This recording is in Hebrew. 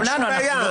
אין בעיה.